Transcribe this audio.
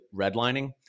redlining